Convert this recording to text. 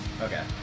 Okay